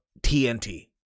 TNT